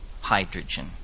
hydrogen